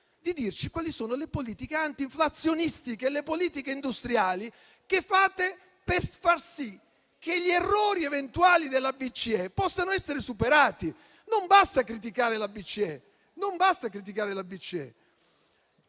di dirci quali sono le politiche anti-inflazionistiche e le politiche industriali che mettete in campo per far sì che gli errori eventuali della BCE possano essere superati. Non basta criticare la BCE.